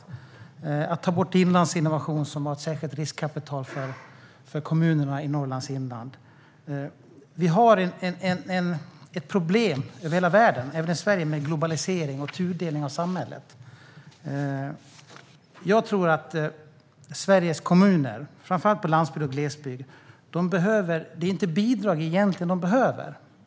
Kommer det att främja situationen att ta bort Inlandsinnovation, som har ett särskilt riskkapital för kommunerna i Norrlands inland? Vi har problem över hela världen, och även i Sverige, med globalisering och tudelning av samhället. Jag tror att inte att det är bidrag Sveriges kommuner, framför allt på landsbygd och i glesbygd, egentligen behöver.